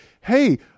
hey